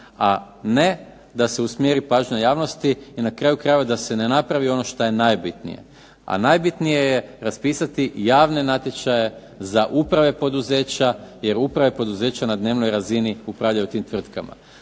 a ne da se usmjeri pažnja javnosti. I na kraju krajeva da se ne napravi ono što je najbitnije. A najbitnije je raspisati javne natječaje za uprave poduzeća, jer uprave poduzeća na dnevnoj razini upravljaju tim tvrtkama.